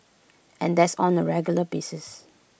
and that's on A regular basis